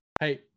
Hey